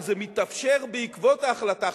אבל זה מתאפשר בעקבות ההחלטה,